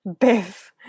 Biff